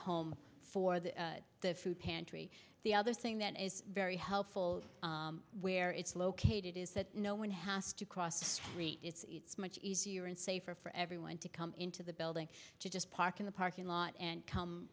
for the food pantry the other thing that is very helpful where it's located is that no one has to cross the street it's much easier and safer for everyone to come into the building just park in the parking lot and come